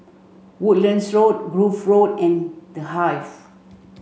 Woodlands Road Grove Road and The Hive